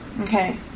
Okay